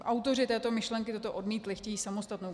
Autoři této myšlenky toto odmítli, chtějí samostatnou komoru.